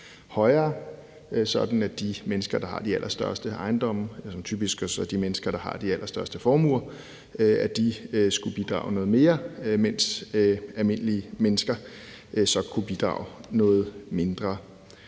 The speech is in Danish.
højere, sådan at de mennesker, det har de allerstørste ejendomme, og som typisk også er de mennesker, der har allerstørste formuer, skulle bidrage noget mere, mens almindelige mennesker så kunne bidrage noget mindre.